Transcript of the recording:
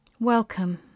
Welcome